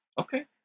Okay